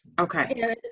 Okay